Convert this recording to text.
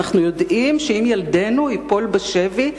אנחנו יודעים שאם ילדנו ייפול בשבי,